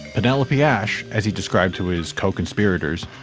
penelope asch, as he described to his co-conspirators,